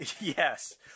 Yes